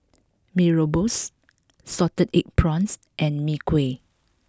Mee Rebus Salted Egg Prawns and Mee Kuah